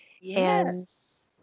Yes